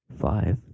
Five